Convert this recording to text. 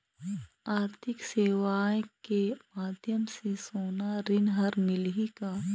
आरथिक सेवाएँ के माध्यम से सोना ऋण हर मिलही का?